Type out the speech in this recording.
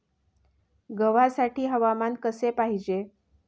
गव्हासाठी हवामान कसे पाहिजे?